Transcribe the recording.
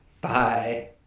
Bye